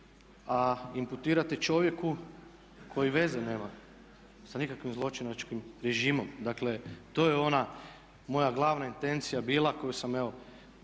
a imputirate čovjeku koji veze nema sa nikakvim zločinačkim režimom. Dakle to je ona moja glavna intencija bila koju sam evo